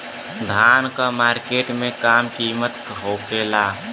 धान क मार्केट में का कीमत होखेला?